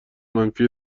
والت